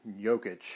Jokic